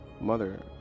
mother